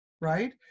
right